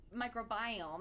microbiome